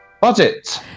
Budget